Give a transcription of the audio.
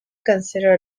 consider